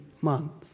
months